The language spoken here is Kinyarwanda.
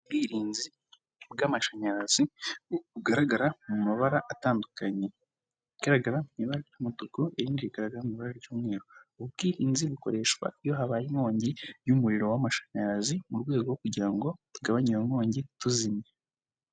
Ubwirinzi bw'amashanyarazi bugaragara mu mabara atandukanye, rigaragara mu ibara ry'umutuku, irindi rigaragara mu ibara ry'umweru. ubu bwirinzi bukoreshwa iyo habaye inkongi y'umuriro w'amashanyarazi mu rwego rwo kugira ngo tugabanye iyo nkongi tuzimya.